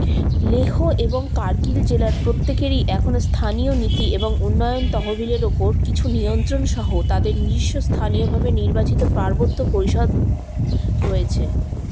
লেহ এবং কারগিল জেলার প্রত্যেকেরই এখন স্থানীয় নীতি এবং উন্নয়ন তহবিলের ওপর কিছু নিয়ন্ত্রণ সহ তাদের নিজস্ব স্থানীয়ভাবে নির্বাচিত পার্বত্য পরিষদ রয়েছে